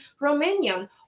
Romanian